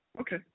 Okay